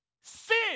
Sin